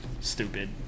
Stupid